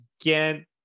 again